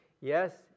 Yes